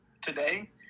today